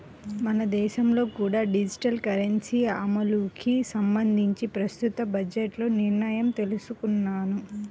మన దేశంలో కూడా డిజిటల్ కరెన్సీ అమలుకి సంబంధించి ప్రస్తుత బడ్జెట్లో నిర్ణయం తీసుకున్నారు